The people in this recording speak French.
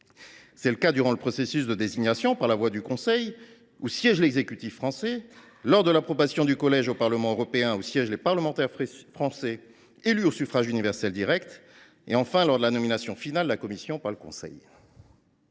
C’est le cas durant le processus de désignation par la voix du Conseil, où siège l’exécutif français ; lors de l’approbation du collège au Parlement européen, au sein duquel siègent les parlementaires français élus au suffrage universel direct ; enfin, lors de la nomination finale de la Commission par le Conseil.